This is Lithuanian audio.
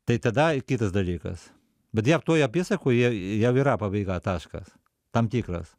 tai tada kitas dalykas bet jau toj apysakoj jau yra pabaiga taškas tam tikras